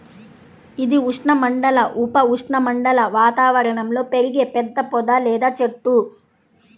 ఇది ఉష్ణమండల, ఉప ఉష్ణమండల వాతావరణంలో పెరిగే పెద్ద పొద లేదా చెట్టు